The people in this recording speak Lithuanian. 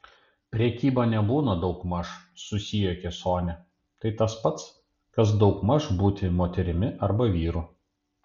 prekyba nebūna daugmaž susijuokė sonia tai tas pats kas daugmaž būti moterimi arba vyru